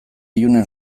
ilunen